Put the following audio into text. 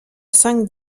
cinq